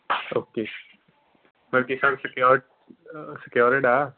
okay ਬਾਕੀ ਸਭ ਸਕਿਓ ਸਕਿਓਰਡ ਆ